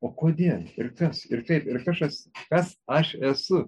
o kodėl ir kas ir kaip ir kaš as kas aš esu